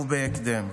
ובהקדם.